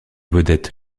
vedette